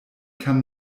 kann